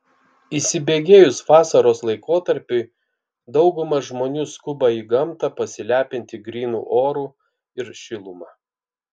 įsibėgėjus vasaros laikotarpiui dauguma žmonių skuba į gamtą pasilepinti grynu oru ir šiluma